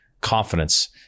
confidence